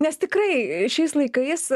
nes tikrai šiais laikais